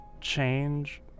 change